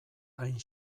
hain